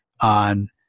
on